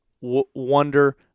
Wonder